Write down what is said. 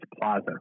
Plaza